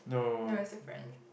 no it's different